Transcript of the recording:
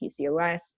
PCOS